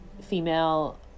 female